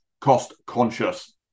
cost-conscious